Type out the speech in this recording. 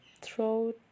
throat